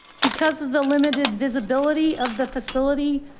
because of the limited visibility of the facility.